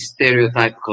stereotypical